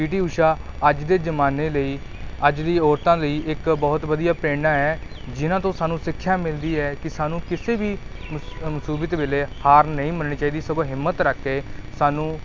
ਪੀ T Usha ਅੱਜ ਦੇ ਜ਼ਮਾਨੇ ਲਈ ਅੱਜ ਦੀਆਂ ਔਰਤਾਂ ਲਈ ਇੱਕ ਬਹੁਤ ਵਧੀਆ ਪ੍ਰੇਰਣਾ ਹੈ ਜਿਹਨਾਂ ਤੋਂ ਸਾਨੂੰ ਸਿੱਖਿਆ ਮਿਲਦੀ ਹੈ ਕਿ ਸਾਨੂੰ ਕਿਸੇ ਵੀ ਮੁਸ ਮੁਸੀਬਤ ਵੇਲੇ ਹਾਰ ਨਹੀਂ ਮੰਨਣੀ ਚਾਹੀਦੀ ਸਗੋਂ ਹਿੰਮਤ ਰੱਖ ਕੇ ਸਾਨੂੰ